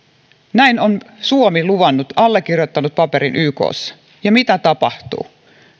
näin on suomi luvannut allekirjoittanut paperin ykssa ja mitä tapahtuu